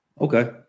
Okay